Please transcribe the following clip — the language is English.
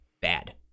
bad